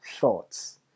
thoughts